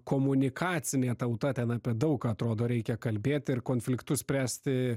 komunikacinė tauta ten apie daug ką atrodo reikia kalbėti ir konfliktus spręsti